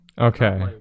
Okay